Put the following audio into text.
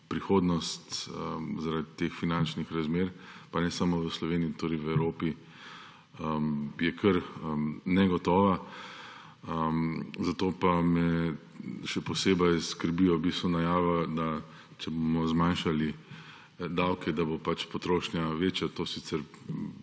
prihodnost zaradi teh finančnih razmer, pa ne samo v Sloveniji, tudi v Evropi, je kar negotova. Zato pa me še posebej skrbi v bistvu najava, da če bomo zmanjšali davke, da bo pač potrošnja večja. To sicer